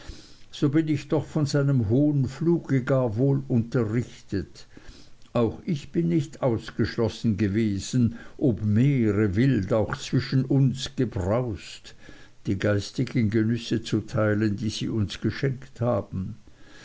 so bin ich doch von seinem hohen fluge gar wohl unterrichtet auch ich bin nicht ausgeschlossen gewesen ob meere wild auch zwischen uns gebraust die geistigen genüsse zu teilen die sie uns geschenkt haben